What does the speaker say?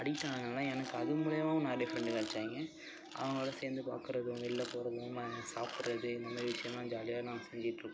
addict ஆனதுனால் எனக்கு அது மூலயமாவும் நிறைய ஃப்ரெண்டு கிடைச்சாங்க அவங்களோட சேர்ந்து பார்க்கறதும் வெளில போகிறதும் சாப்பிட்றது இந்த மாதிரி விஷயெல்லாம் ஜாலியாக நாங்கள் செஞ்சுட்ருப்போம்